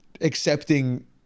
accepting